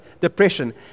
depression